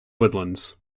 woodlands